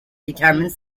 determines